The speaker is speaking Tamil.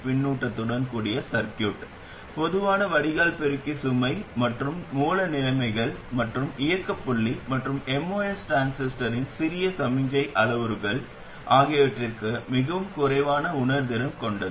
பின்னூட்டத்துடன் கூடிய சர்கியூட் பொதுவான வடிகால் பெருக்கி சுமை மற்றும் மூல நிலைமைகள் மற்றும் இயக்க புள்ளி மற்றும் MOS டிரான்சிஸ்டரின் சிறிய சமிக்ஞை அளவுருக்கள் ஆகியவற்றிற்கு மிகவும் குறைவான உணர்திறன் கொண்டது